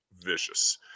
vicious